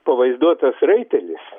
pavaizduotas raitelis